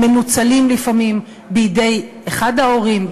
הם מנוצלים לפעמים בידי אחד ההורים,